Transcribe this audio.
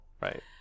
Right